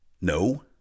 No